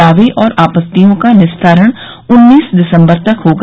दावे और आपत्तियों का निस्तारण उन्नीस दिसम्बर तक होगा